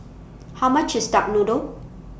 How much IS Duck Noodle